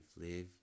live